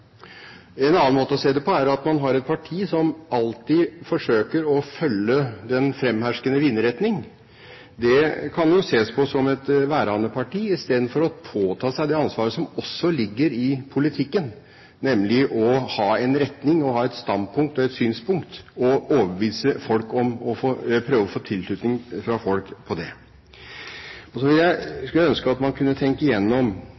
En annen måte å se det på, er at man har et parti som alltid forsøker å følge den fremherskende vindretning. Det kan jo ses på som et værhaneparti, istedenfor å påta seg det ansvaret som også ligger i politikken, nemlig å ha en retning og ha et standpunkt og et synspunkt og prøve å få tilslutning fra folk på det. Så skulle jeg ønske at man kunne tenke igjennom